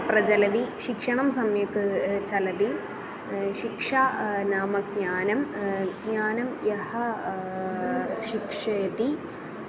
प्रचलति शिक्षणं सम्यक् चलति शिक्षा नाम ज्ञानं ज्ञानं यः शिक्षयति